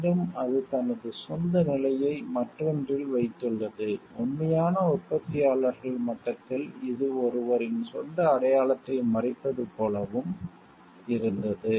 மீண்டும் அது தனது சொந்த நிலையை மற்றொன்றில் வைத்துள்ளது உண்மையான உற்பத்தியாளர்கள் மட்டத்தில் இது ஒருவரின் சொந்த அடையாளத்தை மறைப்பது போலவும் இருந்தது